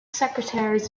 secretaries